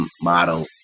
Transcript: model